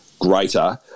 greater